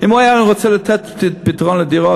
אם הוא היה רוצה לתת פתרון לדירות,